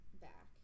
back